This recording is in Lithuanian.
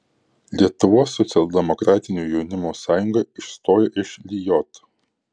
lietuvos socialdemokratinio jaunimo sąjunga išstoja iš lijot